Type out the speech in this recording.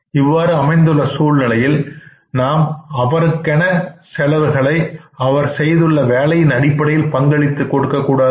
இவ்வாறு அமைந்துள்ள சூழ்நிலையில் நாம் ஏன் அவருக்கான செலவுகளை அவர் செய்துள்ள வேலையின் அடிப்படையில் பங்களித்து கொடுக்கக்கூடாது